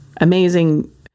amazing